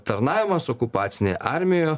tarnavimas okupacinėje armijo